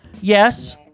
Yes